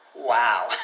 Wow